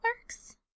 works